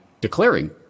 declaring